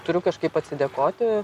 turiu kažkaip atsidėkoti